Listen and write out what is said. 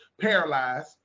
paralyzed